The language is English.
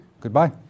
Goodbye